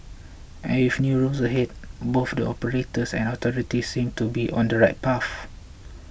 and with new rules ahead both the operators and authorities seem to be on the right path